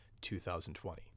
2020